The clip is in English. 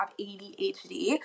ADHD